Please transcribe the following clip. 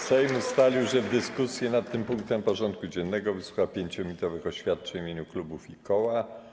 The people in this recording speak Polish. Sejm ustalił, że w dyskusji nad tym punktem porządku dziennego wysłucha 5-minutowych oświadczeń w imieniu klubów i koła.